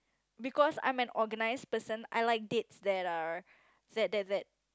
because I'm an organized person I like dates that are that that that